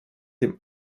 dem